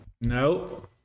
Nope